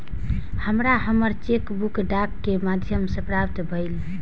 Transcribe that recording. हमरा हमर cheque book डाक के माध्यम से प्राप्त भईल